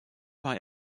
war